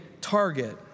target